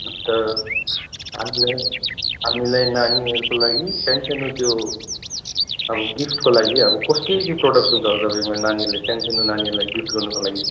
अन्त हामीलाई हामीलाई नानीहरूको लागि सानसानो त्यो अब गिफ्टको लागि अब कस के के प्रडक्टस हुन्छ होला तपाईँकोमा नानीहरूले सानसानो नानीहरूलाई गिफ्ट गर्नको लागि